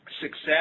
success